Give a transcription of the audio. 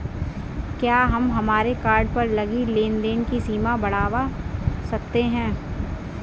क्या हम हमारे कार्ड पर लगी लेन देन की सीमा बढ़ावा सकते हैं?